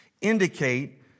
indicate